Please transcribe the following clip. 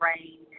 rain